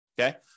okay